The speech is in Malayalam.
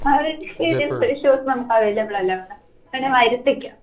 ആ ഇത് ഇത് ഷൂസ് നമുക്ക് അവൈലബിൾ അല്ല മാം വേണേൽ വരുത്തിക്കാം